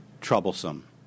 troublesome